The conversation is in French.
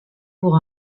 pour